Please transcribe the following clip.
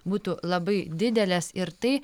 būtų labai didelės ir tai